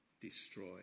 destroy